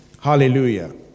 Hallelujah